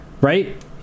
Right